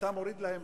ואתה מוריד להם